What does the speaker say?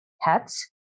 hats